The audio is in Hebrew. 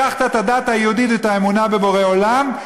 לקחתָ את הדת היהודית ואת האמונה בבורא עולם,